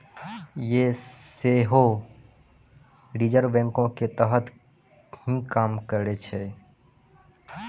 यें सेहो रिजर्व बैंको के तहत ही काम करै छै